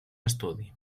estudi